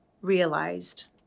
realized